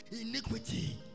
iniquity